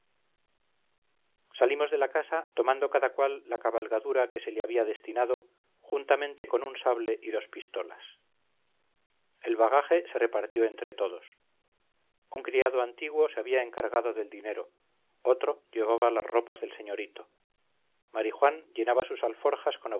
salimos de la casa tomando cada cual la cabalgadura que se le había destinado juntamente con un sable y dos pistolas el bagaje se repartió entre todos un criado antiguo se había encargado del dinero otro llevaba las ropas del señorito marijuán llenaba sus alforjas con